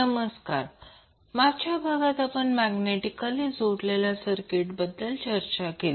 नमस्कार मागच्या भागात आपण मॅग्नेटिकली जोडलेल्या सर्किट बद्दल चर्चा केली